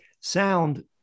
sound